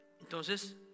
entonces